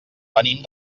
venim